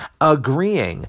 agreeing